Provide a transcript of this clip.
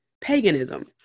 paganism